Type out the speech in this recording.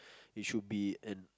it should be an